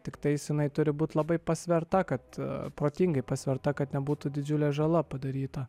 tiktais jinai turi būti labai pasverta kad protingai pasverta kad nebūtų didžiulė žala padaryta